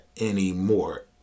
anymore